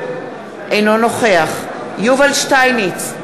אינו נוכח יובל שטייניץ,